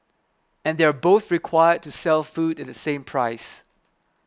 and they're both required to sell food at the same price